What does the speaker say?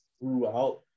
throughout